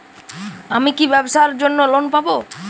আমি কি ব্যবসার জন্য লোন পাব?